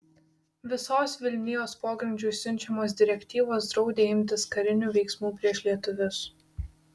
visos vilnijos pogrindžiui siunčiamos direktyvos draudė imtis karinių veiksmų prieš lietuvius